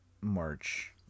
march